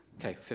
Okay